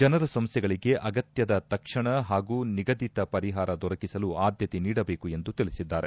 ಜನರ ಸಮಸ್ಥೆಗಳಿಗೆ ಅಗತ್ಯದ ತಕ್ಷಣ ಹಾಗೂ ನಿಗದಿತ ಪರಿಹಾರ ದೊರಕಿಸಲು ಆದ್ಯತೆ ನೀಡಬೇಕು ಎಂದು ತಿಳಿಸಿದ್ದಾರೆ